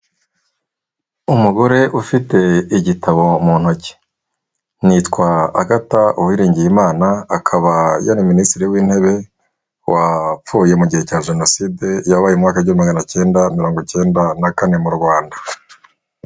Umugore ufite igitabo mu ntoki, yitwa Agatha Uwiringiyimana akaba yari minisitiri w'intebe wapfuye mu gihe cya jenoside, yabaye mu mwaka w'igihumbi maganacyenda mirongo icyenda na kane mu Rwanda.